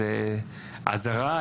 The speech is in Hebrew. איזה אזהרה?